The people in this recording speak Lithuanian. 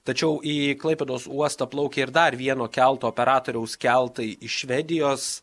tačiau į klaipėdos uostą plaukia ir dar vieno kelto operatoriaus keltai iš švedijos